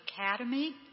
academy